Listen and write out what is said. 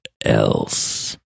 else